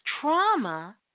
trauma